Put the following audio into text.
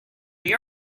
you